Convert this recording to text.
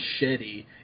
Machete